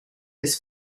his